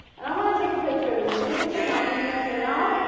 and i want to take a picture of this beautiful mountain here. so now,